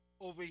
over